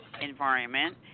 environment